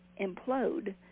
implode